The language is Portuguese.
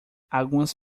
algumas